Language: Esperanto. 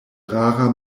rara